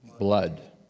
blood